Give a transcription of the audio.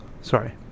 Sorry